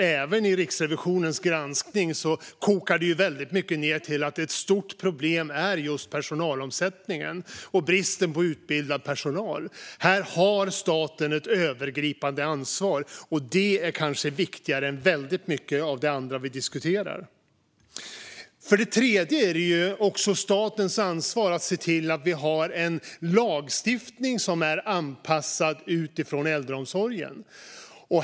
Även Riksrevisionens granskning kokar ned till att ett stort problem är just personalomsättningen och bristen på utbildad personal. Här har staten ett övergripande ansvar, och det är kanske viktigare än mycket av det andra vi diskuterar. Sedan är det också statens ansvar att se till att lagstiftningen är anpassad till äldreomsorgen.